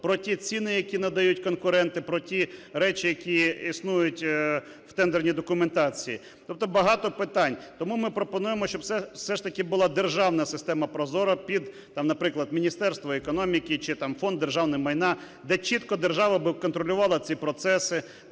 про ті ціни, які надають конкуренти, про ті речі, які існують в тендерній документації. Тобто багато питань. Тому ми пропонуємо, щоб, все ж таки, була державна система ProZorro під, там, наприклад, Міністерство економіки чи, там, Фонд державного майна, де чітко держава би контролювала ці процеси,